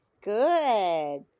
Good